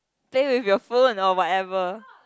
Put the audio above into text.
play with your phone or whatever